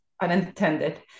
Unintended